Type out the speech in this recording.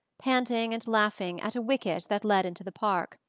panting and laughing, at a wicket that led into the park.